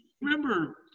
remember